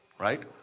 right?